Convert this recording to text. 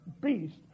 beast